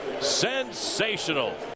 sensational